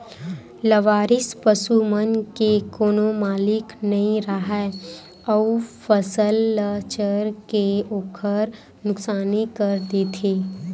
लवारिस पसू मन के कोनो मालिक नइ राहय अउ फसल ल चर के ओखर नुकसानी कर देथे